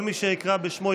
כל מי שאקרא בשמו,